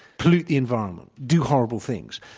pollute the environment, do horrible things.